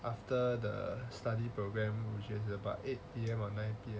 after the study program which is about eight P_M or nine P_M